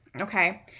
Okay